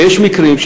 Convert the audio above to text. ויש מקרים,